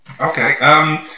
Okay